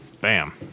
bam